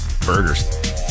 burgers